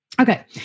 Okay